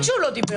הוא לא דיבר.